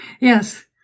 yes